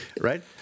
right